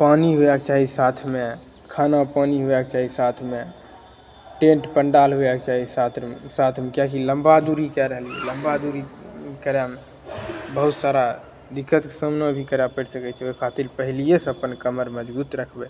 पानि हुएके चाही साथमे खाना पानि हुएके चाही साथमे टेंट पंडाल हुएके चाही साथ साथमे किएकी लम्बा दुरी कए रहलियै लम्बा दुरी करैमे बहुत सारा दिक्कतके सामना भी करऽ पड़ि सकै छै ओहि खातिर पहिलिए से अपन कमरमे मजबुत रखबै